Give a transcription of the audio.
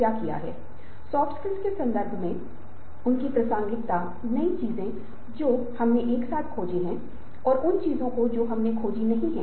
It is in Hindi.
प्रेरणा लैटिन शब्द मोवरे से ली गई है जिसका अर्थ है 'आगे बढ़ना' और प्रेरणा का संबंध उस बल उत्तेजना या प्रभाव से है जो लोगों को उन चीजों को करने के लिए प्रेरित करता है जो वह कार्रवाई या व्यवहार के लिए कहते हैं